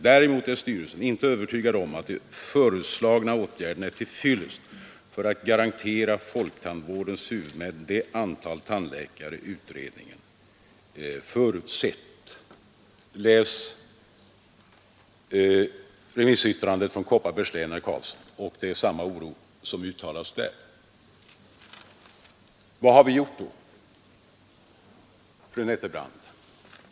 Däremot är styrelsen inte övertygad om att de föreslagna åtgärderna är till fyllest för att garantera folktandvårdens huvudmän det antal tandläkare utredningen förutsatt.” Läs remissyttrandet från Kopparbergs län, herr Carlsson! Det är samma oro som uttalas där. Vad har vi gjort då?